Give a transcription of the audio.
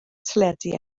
teledu